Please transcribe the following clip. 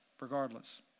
regardless